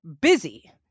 busy